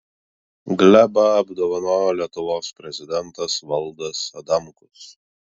glebą apdovanojo lietuvos prezidentas valdas adamkus